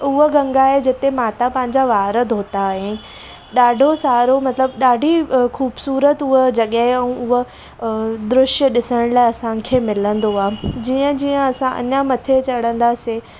उहा गंगा आहे जिते माता पंहिंजा वार धोता हुयाईं ॾाढो सारो मतलबु ॾाढी ख़ूबसूरत उहा जॻहि उहा द्रश्य ॾिसणु लाइ असांखे मिलंदो आहे जीअं जीअं असां अञा मथे चढ़ंदासीं